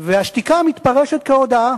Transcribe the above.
והשתיקה מתפרשת כהודאה.